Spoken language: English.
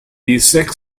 sixth